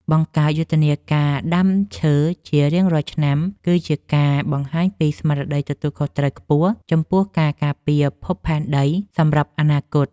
បង្កើតយុទ្ធនាការដាំឈើជារៀងរាល់ឆ្នាំគឺជាការបង្ហាញពីស្មារតីទទួលខុសត្រូវខ្ពស់ចំពោះការការពារភពផែនដីសម្រាប់អនាគត។